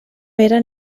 eren